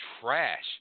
Trash